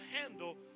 handle